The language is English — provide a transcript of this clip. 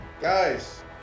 guys